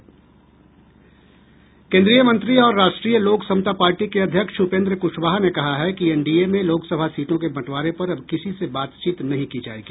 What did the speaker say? केन्द्रीय मंत्री और राष्ट्रीय लोक समता पार्टी के अध्यक्ष उपेन्द्र कुशवाहा ने कहा है कि एनडीए में लोकसभा सीटों के बंटवारे पर अब किसी से बातचीत नहीं की जायेगी